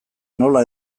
nola